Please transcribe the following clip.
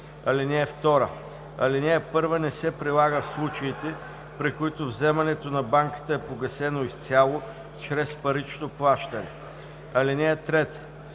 ред. (2) Алинея 1 не се прилага в случаите, при които вземането на банката е погасено изцяло чрез парично плащане. (3)